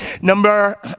Number